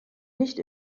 nicht